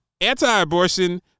anti-abortion